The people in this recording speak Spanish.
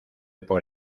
por